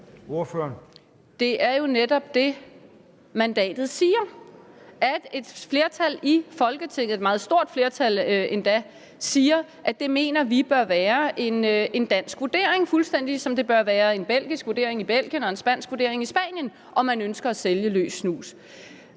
at et flertal, endda et meget stort flertal, i Folketinget siger, at det mener de bør være en dansk vurdering, fuldstændig som det bør være en belgisk vurdering i Belgien og en spansk vurdering i Spanien, om man ønsker at sælge løs snus.